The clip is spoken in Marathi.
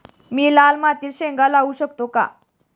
मी लाल मातीत शेंगा लावू शकतो का?